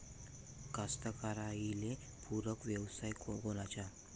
कास्तकाराइले पूरक व्यवसाय कोनचा?